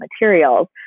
materials